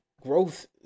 growth